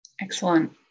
Excellent